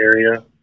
area